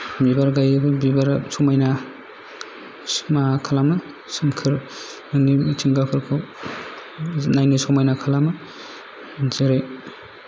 बिबार गायोबो बिबारा समायना मा खालामो सोमखोर मानि मिथिंगोफोरखौ नायनो समायना खालामो जेरै